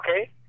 Okay